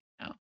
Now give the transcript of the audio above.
no